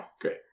Great